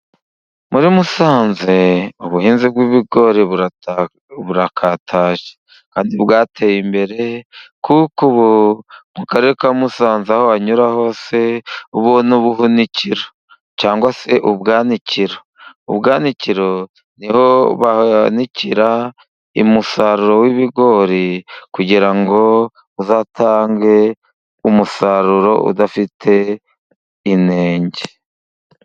Muri Musanze ubuhinzi bw'ibigori burakataje kandi bwateye imbere kuko mu karere ka Musanze aho wanyura hose ubona ubuhunikiro cyangwa se ubwanikiro. Ubwanikiro ni ho banikira umusaruro w'ibigori kugira ngo uzatange umusaruro udafite inenge.